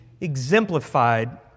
exemplified